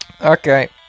Okay